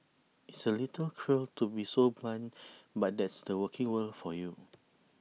it's A little cruel to be so blunt but that's the working world for you